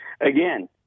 again